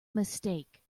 mistake